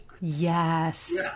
Yes